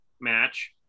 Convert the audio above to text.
match